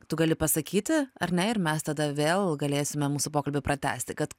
tu gali pasakyti ar ne ir mes tada vėl galėsime mūsų pokalbį pratęsti kad